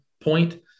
point